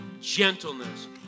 gentleness